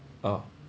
orh